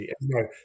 No